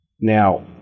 Now